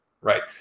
right